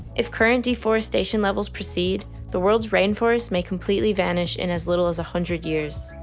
if current deforestation levels precede, the world's rainforests may completely vanish in as little as a hundred years.